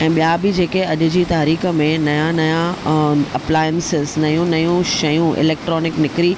ऐं ॿियां बि जेके अॼ जी तारीख़ में नयां नयां अपलाइंसिस नयूं नयूं शयूं इलैक्ट्रोनिक निकिरी